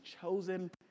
chosen